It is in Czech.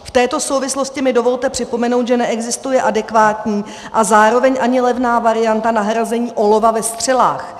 V této souvislosti mi dovolte připomenout, že neexistuje adekvátní a zároveň ani levná varianta nahrazení olova ve střelách.